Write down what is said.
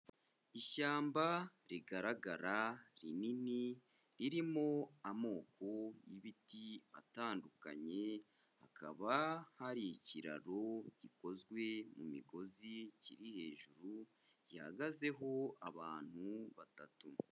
Ishyamba rigaragara rinini ririmo amoko y'ibiti atandukanye, hakaba hari ikiraro gikozwe mu migozi kiri hejuru, gihagazeho abantu batatu.